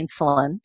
insulin